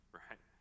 right